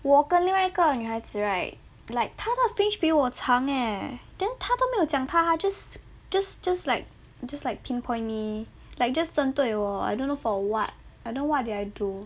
我跟另外一个女孩子 right like 她的 fringe 比我长 leh then 他多没有讲他 then just just like jus~ like pinpoint me like just 针对我 I don't for what I don't know what did I do